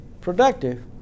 productive